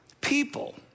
people